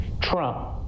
Trump